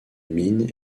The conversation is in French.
mine